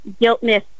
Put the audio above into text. guiltness